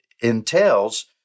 entails